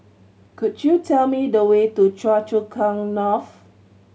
could you tell me the way to Choa Chu Kang North